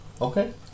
Okay